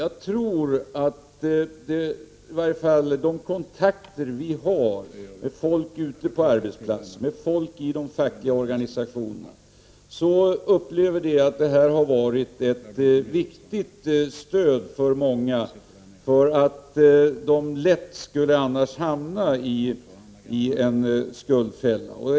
Genom de kontakter vi har med människor ute på arbetsplatserna, med människor i de fackliga organisationerna, upplever vi att detta har varit ett viktigt stöd för många. De skulle annars lätt hamna i en skuldfälla.